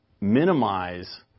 minimize